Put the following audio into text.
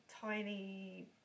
tiny